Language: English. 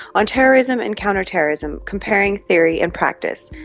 on terrorism and counterterrorism, comparing theory and practice.